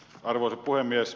arvoisa puhemies